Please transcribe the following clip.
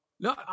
no